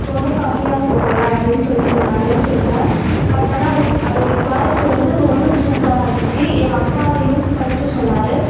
ரொம்ப கம்மியாக இருக்கும்போல் அப்படின்னு சொல்லிட்டு நான் நினச்சிருந்தேன் பட் ஆனால் அது அதோடைய குவாலிட்டி வந்து ரொம்ப சூப்பராக இருந்துச்சு எங்கள் அப்பா அதை யூஸ் பண்ணிகிட்டு சொன்னார்